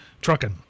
trucking